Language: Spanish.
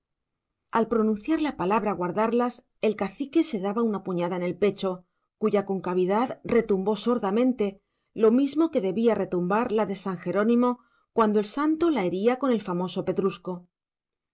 al pronunciar la palabra guardarlas el cacique se daba una puñada en el pecho cuya concavidad retumbó sordamente lo mismo que debía retumbar la de san jerónimo cuando el santo la hería con el famoso pedrusco